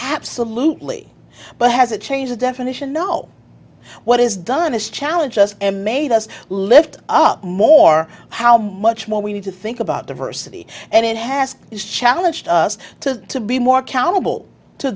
absolutely but has a change of definition no what is done is challenged us and made us lift up more how much more we need to think about diversity and it has challenged us to to be more accountable to